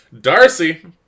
Darcy